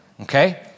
Okay